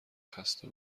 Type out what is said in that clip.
خسته